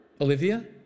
Olivia